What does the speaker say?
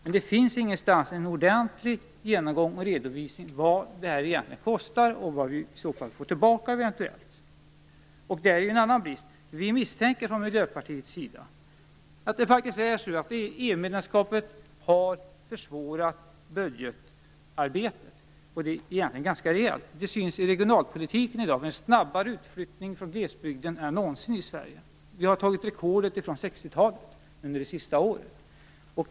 Men det finns inte någonstans en ordentlig genomgång och redovisning av vad det här egentligen kostar och vad vi eventuellt får tillbaka. Det är en brist. Vi misstänker från Miljöpartiets sida att EU medlemskapet faktiskt har försvårat budgetarbetet, och det ganska rejält. Det syns i regionalpolitiken i dag. Det är en snabbare utflyttning från glesbygden än det någonsin har varit i Sverige. Vi har under det senaste året slagit rekordet från 60-talet.